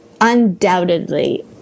undoubtedly